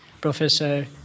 Professor